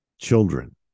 children